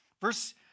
Verse